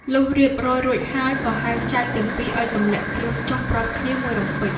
លុះរៀបរយរួចហើយ ក៏ហៅចៅទាំងពីរឱ្យទម្លាក់ខ្លួនចុះព្រមគ្នាមួយរំពេច។